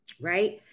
right